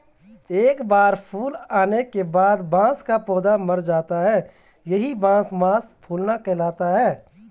एक बार फूल आने के बाद बांस का पौधा मर जाता है यही बांस मांस फूलना कहलाता है